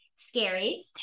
scary